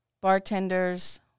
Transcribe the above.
bartenders